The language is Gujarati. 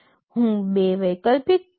હું બે વૈકલ્પિક કોડ બતાવી રહ્યો છું